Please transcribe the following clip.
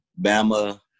Bama